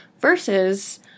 Versus